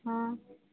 હં